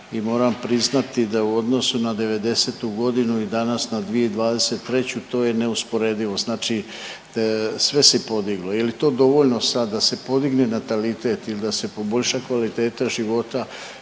moram priznati da u odnosu na '90.-tu godinu i danas na 2023. to je neusporedivo, znači sve se podiglo. Je li dovoljno sad da se podigne natalitet ili da se poboljša kvaliteta života